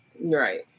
Right